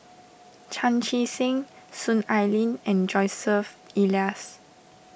Chan Chee Seng Soon Ai Ling and Joseph Elias